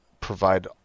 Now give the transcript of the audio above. provide